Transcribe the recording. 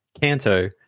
Canto